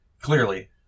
Clearly